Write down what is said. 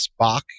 Spock